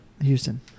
Houston